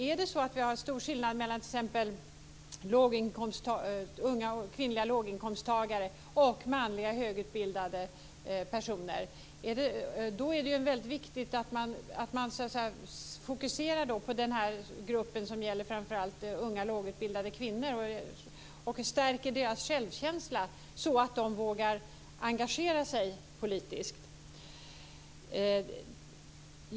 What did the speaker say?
Är det så att vi har stor skillnad mellan unga kvinnliga låginkomsttagare och manliga högutbildade personer är det väldigt viktigt att man fokuserar den grupp som gäller framför allt unga lågutbildade kvinnor och stärker deras självkänsla så att de vågar engagera sig politiskt.